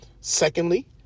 Secondly